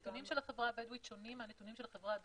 הנתונים של החברה הבדואית שונים מאלה של החברה הדרוזית.